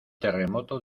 terremoto